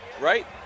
right